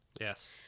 Yes